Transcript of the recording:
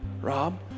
Rob